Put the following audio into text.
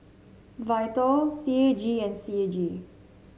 Vital C A G and C A G